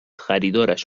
خریدارش